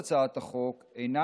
הצעת החוק שהגשתי,